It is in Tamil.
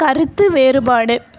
கருத்து வேறுபாடு